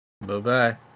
Bye-bye